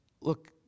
Look